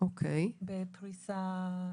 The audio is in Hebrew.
בפריסה ארצית.